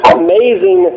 amazing